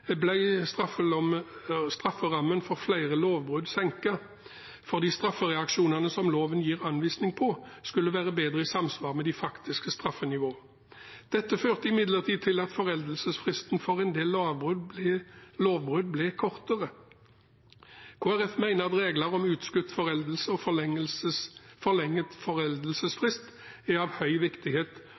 strafferammen for flere lovbrudd senket fordi straffereaksjonene som loven gir anvisning på, skulle være bedre i samsvar med det faktiske straffenivået. Dette førte imidlertid til at foreldelsesfristen for en del lovbrudd ble kortere. Kristelig Folkeparti mener at regler om utskutt foreldelse og forlenget foreldelsesfrist er av høy viktighet